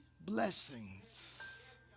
blessings